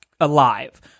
alive